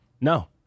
No